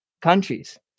countries